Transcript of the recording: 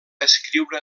escriure